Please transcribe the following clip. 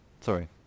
Sorry